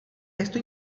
esto